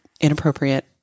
inappropriate